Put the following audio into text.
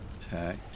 attack